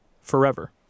Forever